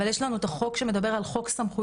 אבל יש לנו את החוק שמדבר על חוק סמכויות